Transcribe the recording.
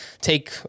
take